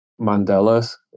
Mandela's